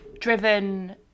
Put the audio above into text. driven